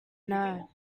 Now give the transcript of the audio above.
know